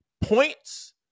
Points